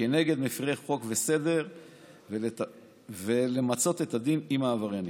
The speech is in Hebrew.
כנגד מפירי חוק וסדר ותפעל למצות את הדין עם העבריינים.